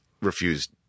refused